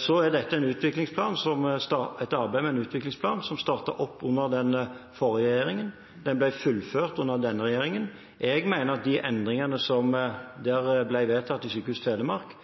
Så er dette et arbeid med en utviklingsplan som startet opp under den forrige regjeringen. Den ble fullført under denne regjeringen. Jeg mener at de endringene som ble vedtatt ved Sykehus Telemark,